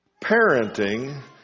Parenting